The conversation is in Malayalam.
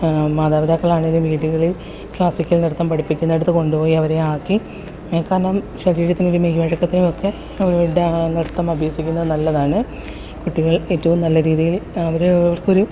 മാതാപിതാക്കളാണെങ്കിൽ വീടുകളിൽ ക്ലാസിക്കൽ നൃത്തം പഠിപ്പിക്കുന്നിടത്ത് കൊണ്ടുപോയി അവരെ ആക്കി മേൽക്കനം ശരീരത്തിന് മേൽവഴക്കത്തിനും ഒക്കെ നൃത്തം അഭ്യസിക്കുന്നത് നല്ലതാണ് കുട്ടികൾ ഏറ്റവും നല്ല രീതിയിൽ അവർ അവർക്കൊരു